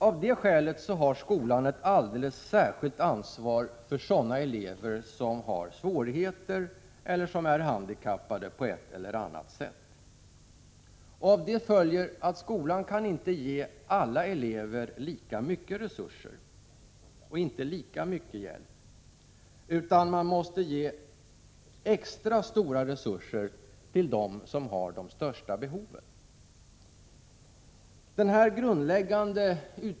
Av det skälet har skolan ett alldeles särskilt ansvar för elever som har svårigheter eller är handikappade på ett eller annat sätt. Därav följer också att skolan inte kan ge alla elever lika stora resurser och lika mycket hjälp, utan man måste ge extra stora resurser till dem som har de största behoven.